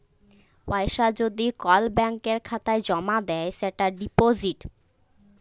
পয়সা যদি কল ব্যাংকের খাতায় জ্যমা দেয় সেটা ডিপজিট